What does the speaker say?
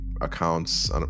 accounts